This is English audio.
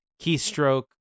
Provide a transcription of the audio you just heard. keystroke